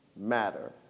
matter